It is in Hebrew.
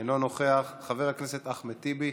אינו נוכח, חבר הכנסת אחמד טיבי,